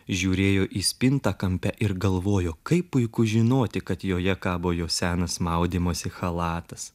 žiūrėjo į spintą kampe ir galvojo kaip puiku žinoti kad joje kabo jo senas maudymosi chalatas